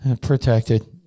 protected